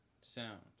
sound